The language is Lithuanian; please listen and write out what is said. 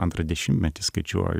antrą dešimtmetį skaičiuoju